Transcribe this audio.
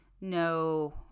no